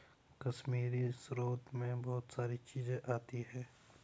कश्मीरी स्रोत मैं बहुत सारी चीजें आती है